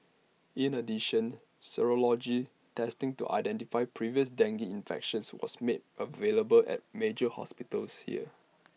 in addition serology testing to identify previous dengue infections was made available at major hospitals here